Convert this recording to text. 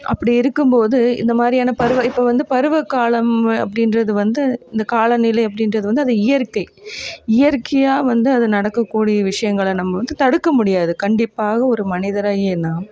அப்படி இருக்கும்போது இந்தமாதிரியான பருவ இப்போ வந்து பருவகாலம் அப்படின்றது வந்து இந்த காலநிலை அப்படின்றது வந்து அது இயற்கை இயற்கையாக வந்து அது நடக்கக்கூடிய விஷயங்கள நம்ம வந்து தடுக்க முடியாது கண்டிப்பாக ஒரு மனிதரை நாம்